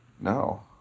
No